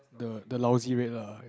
the the lousy rate lah